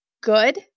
good